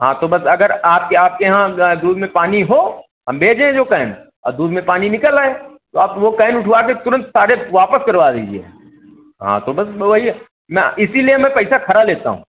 हाँ तो बस अगर आपके आपके यहाँ दूध में पानी हो हम भेजें जो कैन और दूध में पानी निकल आए तो आप वह कैन उठवा के तुरंत सारे वापस करवा दीजिए हाँ हाँ तो बस वही है ना इसीलिए मैं पैसा खरा लेता हूँ